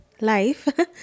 life